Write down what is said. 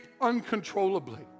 uncontrollably